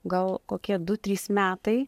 gal kokie du trys metai